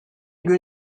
gün